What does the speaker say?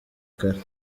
kare